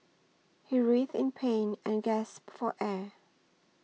he writhed in pain and gasped for air